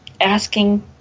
asking